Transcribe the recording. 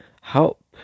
help